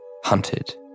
hunted